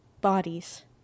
Bodies